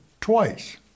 twice